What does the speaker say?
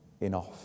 enough